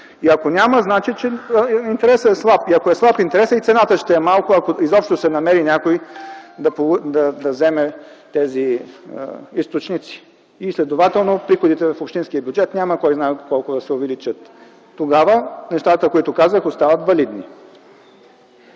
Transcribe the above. Ако няма, значи интересът е слаб. Ако интересът е слаб, и цената ще е малка, ако изобщо се намери някой да вземе тези източници. Следователно приходите в общинския бюджет няма кой-знае колко да се увеличат. Тогава нещата, които казах, остават валидни.